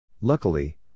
Luckily